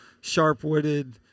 sharp-witted